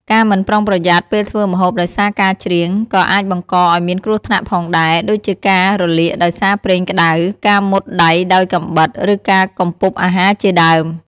ការមិនប្រុងប្រយ័ត្នពេលធ្វើម្ហូបដោយសារការច្រៀង ក៏អាចបង្កឱ្យមានគ្រោះថ្នាក់ផងដែរ ដូចជាការរលាកដោយសារប្រេងក្ដៅ ការមុតដៃដោយកាំបិត ឬការកំពប់អាហារជាដើម។